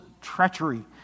treachery